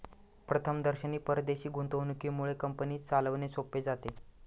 प्रथमदर्शनी परदेशी गुंतवणुकीमुळे कंपनी चालवणे सोपे जाते